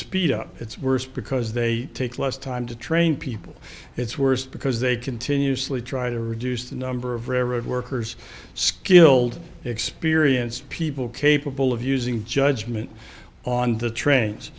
speed up it's worse because they take less time to train people it's worse because they continuously try to reduce the number of railroad workers skilled experienced people capable of using judgement on the